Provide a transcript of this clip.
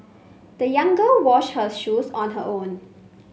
the young girl washed her shoes on her own